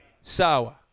Sawa